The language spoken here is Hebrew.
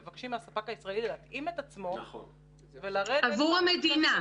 מבקשים מהספק הישראלי להתאים את עצמו ולרדת --- עבור המדינה,